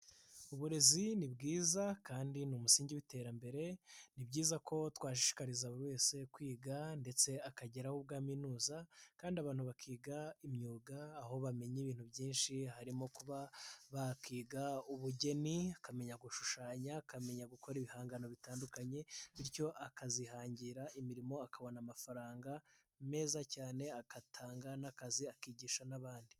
Uburezi ni bwiza kandi ni umusingi w'iterambere, ni byiza ko twashishikariza buri wese kwiga ndetse akageraho ubwo aminuza kandi abantu bakiga imyuga, aho bamenya ibintu byinshi harimo kuba bakiga ubugeni akamenya gushushanya, akamenya gukora ibihangano bitandukanye bityo akazihangira imirimo akabona amafaranga meza cyane, agatanga n'akazi akigisha n'abandi.